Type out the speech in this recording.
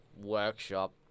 workshop